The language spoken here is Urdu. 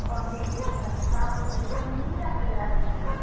اوکے کیونکہ میں میں آپ کو بھیج دوں گی ٹھیک ہے آپ تیار رہیے گا